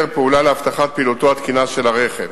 פעולה להבטחת פעילותו התקינה של הרכב,